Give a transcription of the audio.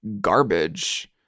garbage